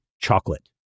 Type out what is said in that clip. chocolate